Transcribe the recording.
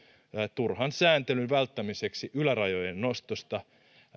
turhan sääntelyn välttämiseksi ylärajojen nostosta